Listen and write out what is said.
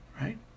right